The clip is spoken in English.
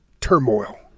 turmoil